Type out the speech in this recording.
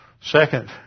Second